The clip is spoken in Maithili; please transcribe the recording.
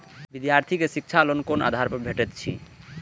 विधार्थी के शिक्षा लोन कोन आधार पर भेटेत अछि?